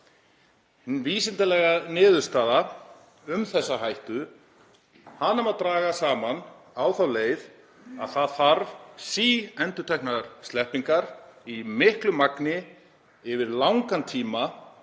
Hin vísindalega niðurstaða um þessa hættu má draga saman á þá leið að það þarf síendurteknar sleppingar í miklu magni yfir langan tíma